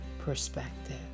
perspective